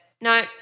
No